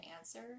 answer